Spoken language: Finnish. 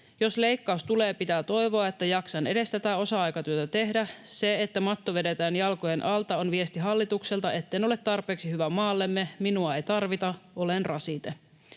Jos leikkaus tulee, pitää toivoa, että jaksan edes tätä osa-aikatyötä tehdä. Se, että matto vedetään jalkojen alta, on viesti hallitukselta, etten ole tarpeeksi hyvä maallemme, minua ei tarvita, olen rasite.”